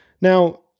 Now